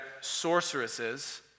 sorceresses